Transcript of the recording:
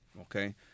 Okay